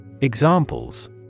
Examples